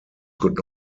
could